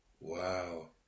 Wow